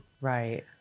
Right